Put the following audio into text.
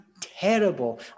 terrible